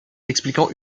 expliquant